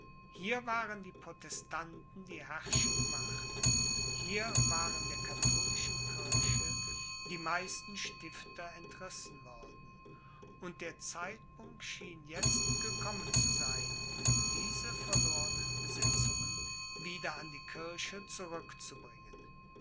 hier waren die protestanten die herrschende macht hier waren der katholischen kirche die meisten stifter entrissen worden und der zeitpunkt schien jetzt gekommen zu sein diese verlornen besitzungen wieder an die kirche zurückzubringen